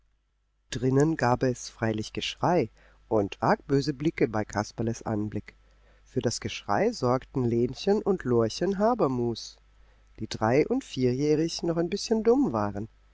drinnen gab es freilich geschrei und arg böse blicke bei kasperles anblick für das geschrei sorgten lenchen und lorchen habermus die drei und vierjährig und noch ein bißchen dumm waren